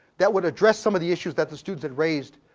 that would address some of the issues that the students had raised.